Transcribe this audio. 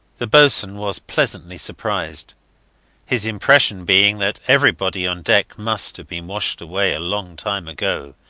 the boatswain was pleasantly surprised his impression being that everybody on deck must have been washed away a long time ago.